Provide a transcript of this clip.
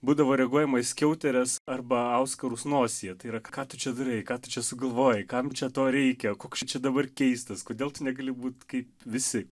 būdavo reaguojama į skiauteres arba auskarus nosyje tai yra ką tu čia darai ką tu čia sugalvojai kam čia to reikia koks čia dabar keistas kodėl tu negali būt kaip visi